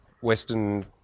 Western